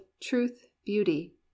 truth-beauty